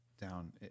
down